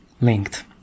linked